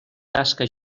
tasca